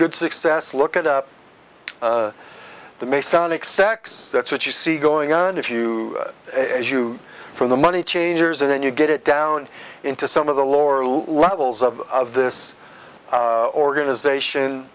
good success look at up the may sound x x that's what you see going on if you as you from the money changers and you get it down into some of the lower levels of of this organization